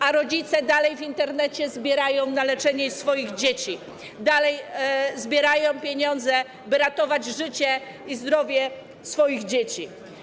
A rodzice dalej w Internecie zbierają na leczenie swoich dzieci, dalej zbierają pieniądze, by ratować życie i zdrowie swoich dzieci.